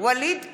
ווליד טאהא,